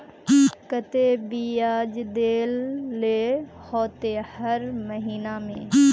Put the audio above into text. केते बियाज देल ला होते हर महीने?